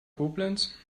koblenz